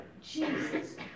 Jesus